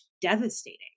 devastating